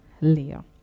layer